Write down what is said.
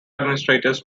administrators